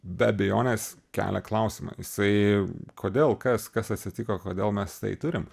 be abejonės kelia klausimą jisai kodėl kas kas atsitiko kodėl mes tai turim